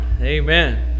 Amen